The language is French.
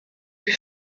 put